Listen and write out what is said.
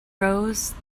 rose